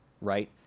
right